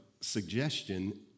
suggestion